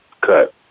cut